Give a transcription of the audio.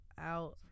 out